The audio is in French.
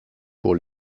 pour